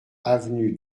avenue